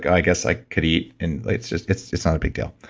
i guess i could eat, and it's just it's just not a big deal.